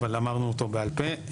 אבל אמרנו אותו בעל פה.